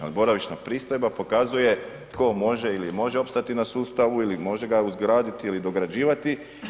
Ali boravišna pristojba pokazuje tko može ili može opstati na sustavu ili može ga uzgraditi ili dograđivati.